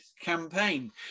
campaign